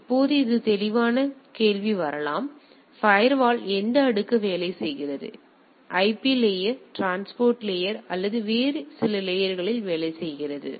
இப்போது ஒரு தெளிவான கேள்வி வரலாம் ஃபயர்வால் எந்த அடுக்கு வேலை செய்கிறது இது ஐபி லேயர் டிரான்ஸ்போர்ட் லேயர் அல்லது வேறு சில லேயர்களில் வேலை செய்கிறது